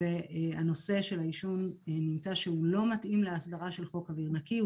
והנושא של העישון נמצא כלא מתאים להסדרה של חוק אוויר נקי.